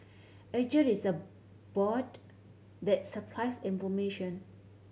Edgar is a bot that supplies information